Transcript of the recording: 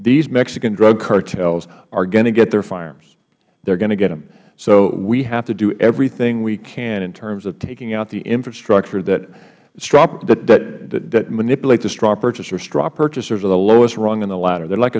these mexican drug cartels are going to get their firearms they're going to get them so we have to do everything we can in terms of taking out the infrastructure that manipulates the straw purchasers straw purchasers are the lowest rung on the ladder they are like